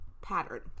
pattern